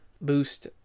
boost